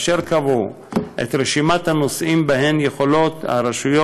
אשר קבעו את רשימת הנושאים שבהם הרשויות